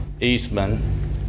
Eastman